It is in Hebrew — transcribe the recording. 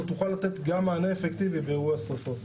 תוכל לתת גם מענה אפקטיבי באירוע שריפות.